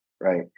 right